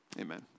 Amen